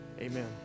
Amen